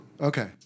Okay